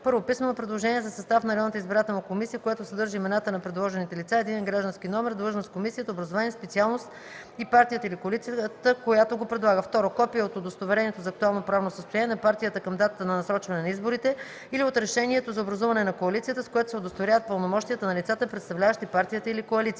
1. писмено предложение за състав на районната избирателна комисия, което съдържа имената на предложените лица, единен граждански номер, длъжност в комисията, образование, специалност и партията или коалицията, която ги предлага; 2. копие от удостоверението за актуално правно състояние на партията към датата на насрочване на изборите или от решението за образуване на коалицията, с което се удостоверяват пълномощията на лицата, представляващи партията или коалицията;